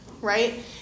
right